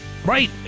Right